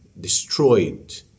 destroyed